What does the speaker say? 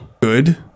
good